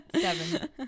Seven